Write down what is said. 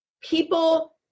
people